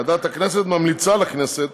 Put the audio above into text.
ועדת הכנסת ממליצה לכנסת